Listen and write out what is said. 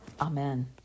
Amen